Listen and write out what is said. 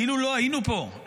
כאילו לא היינו פה,